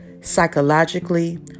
psychologically